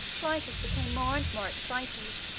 clitus became more and more excited.